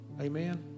Amen